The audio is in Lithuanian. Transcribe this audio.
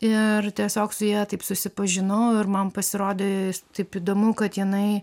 ir tiesiog su ja taip susipažinau ir man pasirodė taip įdomu kad jinai